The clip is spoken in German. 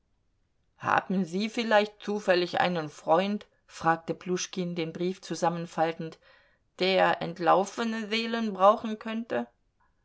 haben sie vielleicht zufällig einen freund fragte pljuschkin den brief zusammenfaltend der entlaufene seelen brauchen könnte